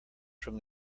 from